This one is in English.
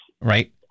Right